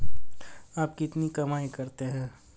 आप कितनी कमाई करते हैं?